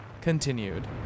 continued